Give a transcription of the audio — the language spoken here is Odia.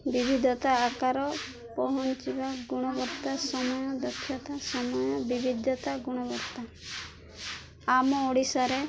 ବିିବିଧତା ଆକାର ପହଞ୍ଚିବା ଗୁଣବତ୍ତା ସମୟ ଦକ୍ଷତା ସମୟ ବିିବିଧତା ଗୁଣବତ୍ତା ଆମ ଓଡ଼ିଶାରେ